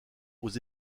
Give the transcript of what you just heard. aux